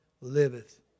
liveth